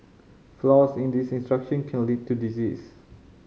flaws in this instruction can lead to disease